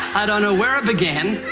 i don't know where it began,